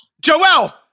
Joel